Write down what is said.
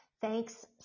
Thanks